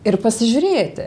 ir pasižiūrėti